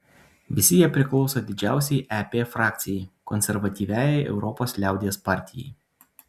visi jie priklauso didžiausiai ep frakcijai konservatyviajai europos liaudies partijai